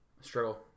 struggle